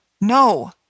no